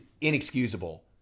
inexcusable